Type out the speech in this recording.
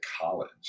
college